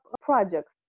projects